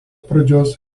pradžios